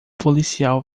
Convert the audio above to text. policial